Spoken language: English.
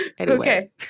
Okay